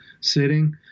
sitting